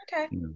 Okay